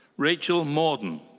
rachel morden.